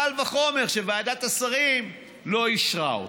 קל וחומר שוועדת השרים לא אישרה אותו.